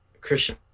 Christian